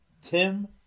Tim